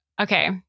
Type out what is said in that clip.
okay